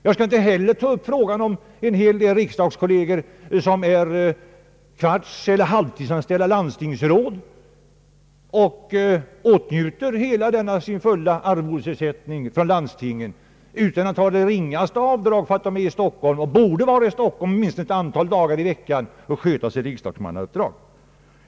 Jag skall heller inte ta upp frågan om en hel del riksdagskolleger som är kvartseller halvtidsanställda landstingsråd och åtnjuter sin fulla arvodesersättning från landstinget utan det ringaste avdrag fastän de är i Stockholm — och borde vara i Stockholm åtminstone ett antal dagar i veckan och sköta sitt riksdagsmannauppdrag.